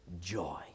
joy